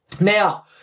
Now